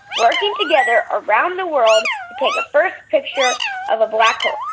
working together around the world, to take a first picture of a black hole.